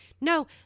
No